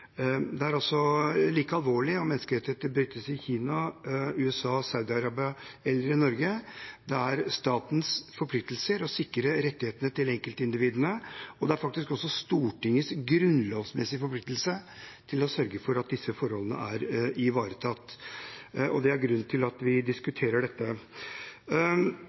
Det er like alvorlig om menneskerettigheter brytes i Kina, i USA, i Saudi-Arabia eller i Norge. Det er statens forpliktelse å sikre rettighetene til enkeltindividene, og det er faktisk også Stortingets grunnlovsmessige forpliktelse å sørge for at disse forholdene er ivaretatt. Det er grunnen til at vi diskuterer dette.